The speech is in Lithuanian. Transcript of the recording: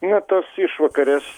na tos išvakarės